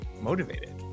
motivated